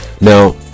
now